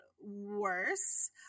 worse